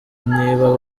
niba